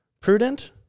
prudent